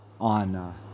on